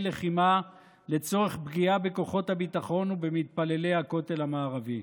לחימה לצורך פגיעה בכוחות הביטחון ובמתפללי הכותל המערבי.